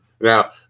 now